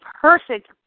perfect